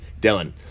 Dylan